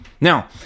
Now